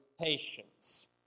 patience